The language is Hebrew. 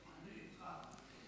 אני איתך.